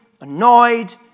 annoyed